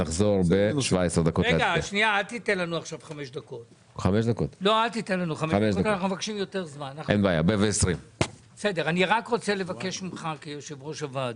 נחזור להצבעה שעה 12:17. אני רק רוצה לבקש ממך כיושב ראש הוועדה.